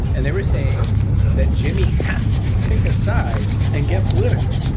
and they were saying that jimmy has to pick a side and get political,